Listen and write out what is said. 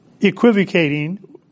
equivocating